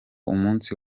umunsi